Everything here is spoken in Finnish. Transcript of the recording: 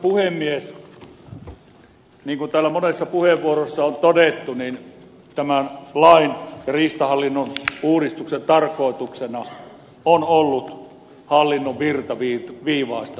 niin kuin täällä monessa puheenvuorossa on todettu tämän lain riistahallinnon uudistuksen tarkoituksena on ollut hallinnon virtaviivaistaminen